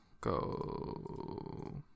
go